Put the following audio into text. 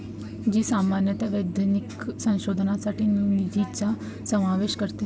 जी सामान्यतः वैज्ञानिक संशोधनासाठी निधीचा समावेश करते